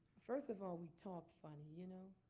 first of all, we talk funny. you know